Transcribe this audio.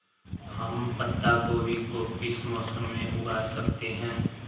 हम पत्ता गोभी को किस मौसम में उगा सकते हैं?